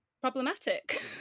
problematic